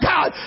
God